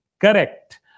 Correct